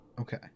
Okay